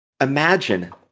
imagine